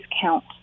count